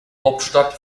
hauptstadt